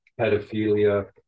pedophilia